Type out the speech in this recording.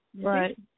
Right